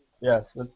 Yes